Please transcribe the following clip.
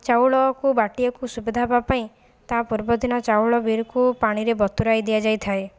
ଚାଉଳକୁ ବାଟିବାକୁ ସୁବିଧା ହେବା ପାଇଁ ତା ପୂର୍ବଦିନ ଚାଉଳ ବିରିକୁ ପାଣିରେ ବତୁରାଇ ଦିଆଯାଇଥାଏ